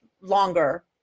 longer